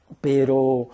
Pero